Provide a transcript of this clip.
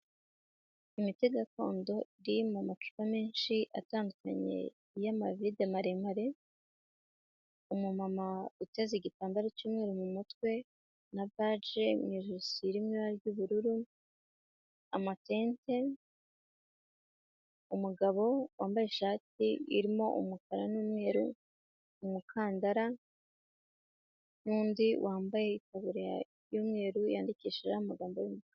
Imiti gakondo iri mu mu macupa menshi atandukanye y'amavide maremare, umumama uteze igitambaro cy'umweru mu mutwe na baji mu ijosi iri mu ibara ry'ubururu, amatente, umugabo wambaye ishati irimo umukara n'umweru, umukandara n'undi wambaye itaburiya y'umweru yandikishijeho amagambo y'umukara.